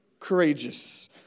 courageous